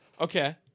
okay